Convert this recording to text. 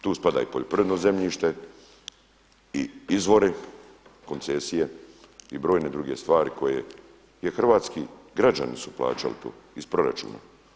Tu spada i poljoprivredno zemljište i izvori, koncesije i brojne druge stvari koje je hrvatski građani su plaćali to iz proračuna.